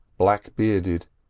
black-bearded,